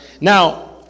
Now